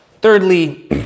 Thirdly